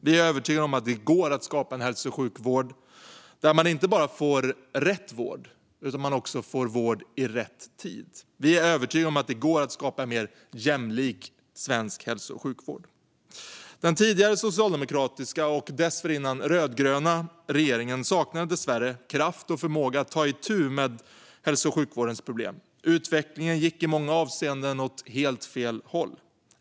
Vi är övertygade om att det går att skapa en hälso och sjukvård där man inte bara får rätt vård utan också vård i rätt tid. Vi är övertygade om att det går att skapa en mer jämlik svensk hälso och sjukvård. Den tidigare socialdemokratiska, och dessförinnan rödgröna, regeringen saknade dessvärre kraft och förmåga att ta itu med hälso och sjukvårdens problem. Utvecklingen gick i många avseenden åt helt fel håll.